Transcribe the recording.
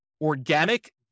organic